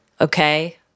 okay